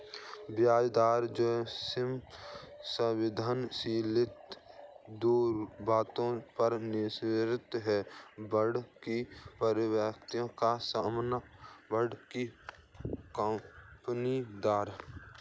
ब्याज दर जोखिम संवेदनशीलता दो बातों पर निर्भर है, बांड की परिपक्वता का समय, बांड की कूपन दर